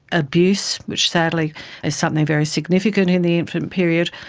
abuse, which sadly is something very significant in the infant period,